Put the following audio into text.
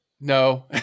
No